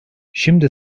şimdi